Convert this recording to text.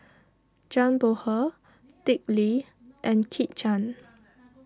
Zhang Bohe Dick Lee and Kit Chan